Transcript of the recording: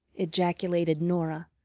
ejaculated norah,